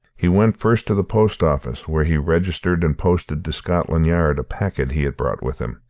he went first to the post office, where he registered and posted to scotland yard a packet he had brought with him.